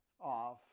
off